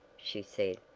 she said,